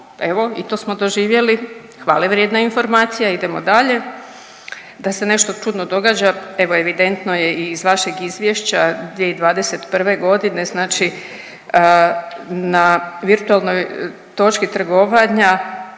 Evo, i to smo doživjeli, hvale vrijedna informacija, idemo dalje, da se nešto čudno događa, evo, evidentno je i iz vašeg Izvješća 2021. g. znači na virtualnoj točki trgovanja